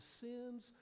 sins